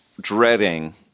dreading